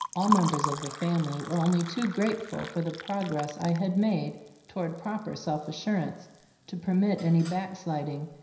all members of the family were only too grateful for the progress i had made towards proper self-assurance to permit any back sliding,